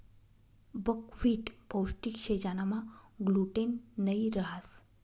buckwheat पोष्टिक शे ज्यानामा ग्लूटेन नयी रहास